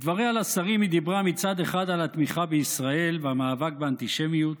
בדבריה לשרים היא דיברה מצד אחד על התמיכה בישראל והמאבק באנטישמיות,